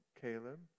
Caleb